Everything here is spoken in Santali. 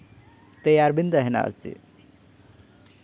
ᱛᱮᱭᱟᱨ ᱵᱤᱱ ᱛᱟᱦᱮᱸᱱᱟ ᱟᱨ ᱪᱮᱫ